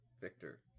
Victor